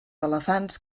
elefants